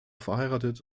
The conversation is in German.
verheiratet